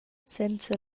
senza